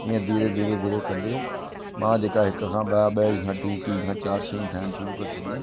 ईअं धीरे धीरे धीरे कंदे मां मां जेका हिक खां ॿ ॿ खां टे टी खां चारि शयूं ठाहिण शुरू करे छॾियूं